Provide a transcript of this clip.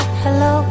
hello